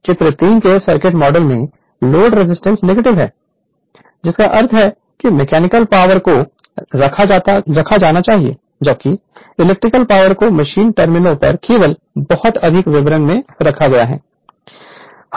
चित्र 3 के circuit model में लोड रजिस्टेंस निगेटिव है जिसका अर्थ है कि मैकेनिकल पावर को रखा जाना चाहिए जबकि इलेक्ट्रिकल पावर को मशीन टर्मिनलों पर केवल बहुत अधिक विवरण में रखा गया है